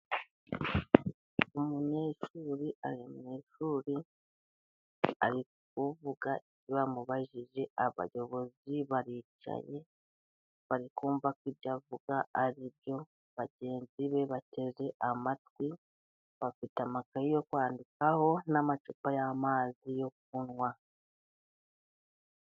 Umunyeshuri ari mu ishuri ari kuvuga ibyo bamubajije, abayobozi baricaye barikumva ko ibyo avuga ari byo, bagenzi be bateze amatwi, bafite amakaye yo kwandikaho n'amacupa y'amazi yo kunywa.